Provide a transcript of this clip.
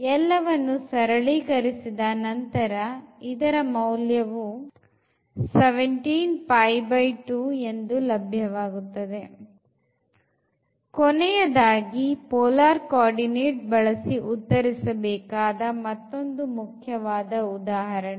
ಎಲ್ಲವನ್ನು ಸರಳೀಕರಿಸಿದ ನಂತರ ಇದರ ಮೌಲ್ಯವು ಎಂದು ಸಿಗುತ್ತದೆ ಕೊನೆಯದಾಗಿ polar coordinate ಬಳಸಿ ಉತ್ತರಿಸಬೇಕಾದ ಮತ್ತೊಂದು ಮುಖ್ಯವಾದ ಉದಾಹರಣೆ